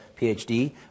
PhD